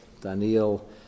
Daniel